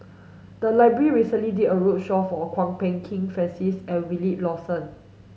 the library recently did a roadshow for Kwok Peng Kin Francis and Wilfed Lawson